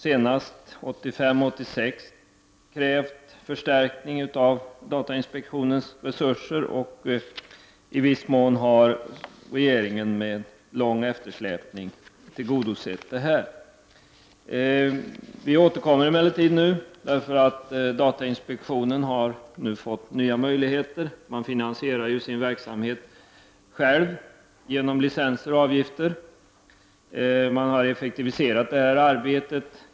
Senast 1985/86 krävde vi förstärkning av datainspektionens resurser, och i viss mån har regeringen med lång eftersläpning tillgodosett detta krav. Vi återkommer emellertid nu. Datainspektionen har nämligen nu fått nya möjligheter. Den finansierar ju själv sin verksamhet genom licenser och avgifter. Den har effektiviserat sitt arbete.